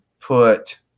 put